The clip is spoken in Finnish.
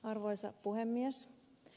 arvoisa puhemies